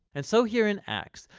and so here in acts,